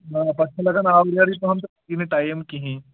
نہ پَتہٕ چھِنہٕ لگان آوریرٕے پَہَم تہٕ پَتہٕ یی نہٕ ٹایم کِہیٖنۍ